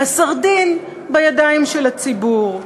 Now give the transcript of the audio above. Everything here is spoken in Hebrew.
הסרדין בידיים של הציבור.